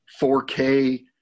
4k